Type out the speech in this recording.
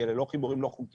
כי אלה לא חיבורים לא חוקיים,